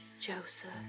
Joseph